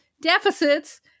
deficits